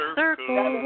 circle